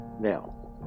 Now